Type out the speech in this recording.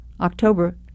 October